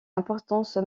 importance